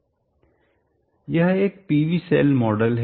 यह एक PV cell model है